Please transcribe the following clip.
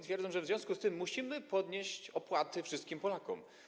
Twierdzą, że w związku z tym muszą podnieść opłaty wszystkim Polakom.